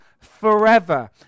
forever